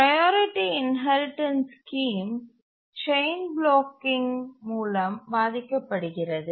priority inheritance scheme chain blocking மூலம் பாதிக்கப்படுகிறது